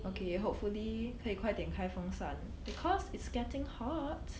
okay hopefully 可以快点开风扇 because it's getting hot